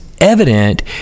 evident